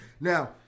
Now